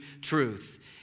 truth